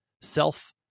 self